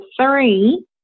three